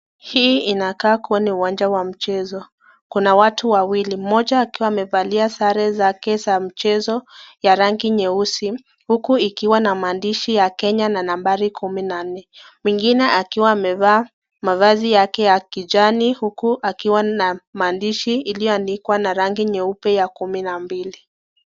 Hii inakaa kua ni uwanja wa mchezo, kuna watu wawili mmoja akiwa amevalia sare zake za mchezo ya rangi nyeusi huku ikiwa na maandishi ya Kenya na nambari kumi na nne. Mwingine akiwa amevaa mavazi yake ya kijani huku akiwa na maandishi iliyoandikwa na rangi nyeupe ya kumi na mbili.